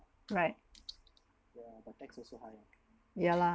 right ya lah